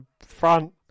front